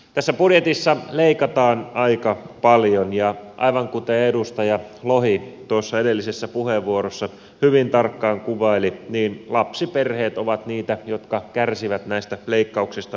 tässä budjetissa leikataan aika paljon ja aivan kuten edustaja lohi edellisessä puheenvuorossa hyvin tarkkaan kuvaili lapsiperheet ovat niitä jotka kärsivät näistä leikkauksista hyvin paljon